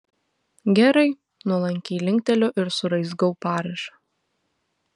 gerai nuolankiai linkteliu ir suraizgau parašą